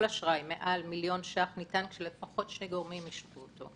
כל אשראי מעל מיליון ₪ ניתן כשלפחות שני גורמים אישרו אותו.